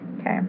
Okay